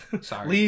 sorry